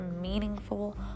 meaningful